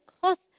cost